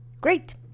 Great